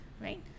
right